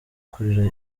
kurira